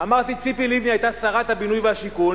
אמרתי, ציפי לבני היתה שרת הבינוי והשיכון,